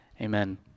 Amen